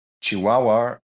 Chihuahua